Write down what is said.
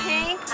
Pink